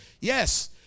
Yes